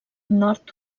nord